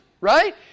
Right